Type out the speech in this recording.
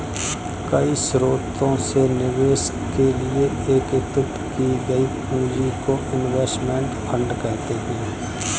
कई स्रोतों से निवेश के लिए एकत्रित की गई पूंजी को इनवेस्टमेंट फंड कहते हैं